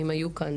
הבריאות.